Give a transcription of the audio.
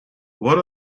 what